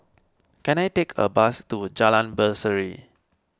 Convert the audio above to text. can I take a bus to Jalan Berseri